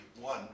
one